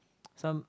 some